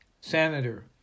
senator